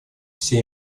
все